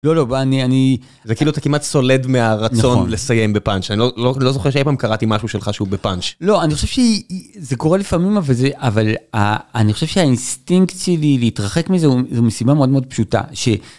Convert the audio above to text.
לא לא אני אני זה כאילו אתה כמעט סולד מהרצון לסיים בפאנץ' אני לא זוכר שאי פעם קראתי משהו שלך שהוא בפאנץ'. לא אני חושב שזה קורה לפעמים אבל זה אבל אני חושב שהאינסטינקט שלי להתרחק מזה הוא מסיבה מאוד מאוד פשוטה. ש...